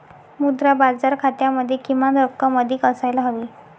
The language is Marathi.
मुद्रा बाजार खात्यामध्ये किमान रक्कम अधिक असायला हवी